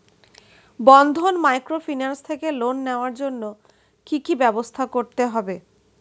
বন্ধন microfinance থেকে loan নেওয়ার জন্য কি কি ব্যবস্থা করতে হবে?